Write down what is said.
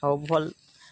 ହଉ ଭଲ